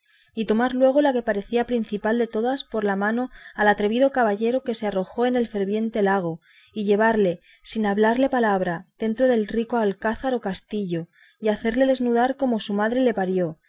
y tomar luego la que parecía principal de todas por la mano al atrevido caballero que se arrojó en el ferviente lago y llevarle sin hablarle palabra dentro del rico alcázar o castillo y hacerle desnudar como su madre le parió